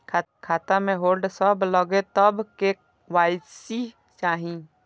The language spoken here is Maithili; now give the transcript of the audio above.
खाता में होल्ड सब लगे तब के.वाई.सी चाहि?